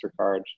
MasterCard